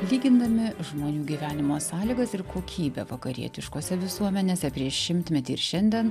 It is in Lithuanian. lygindami žmonių gyvenimo sąlygas ir kokybę vakarietiškose visuomenėse prieš šimtmetį ir šiandien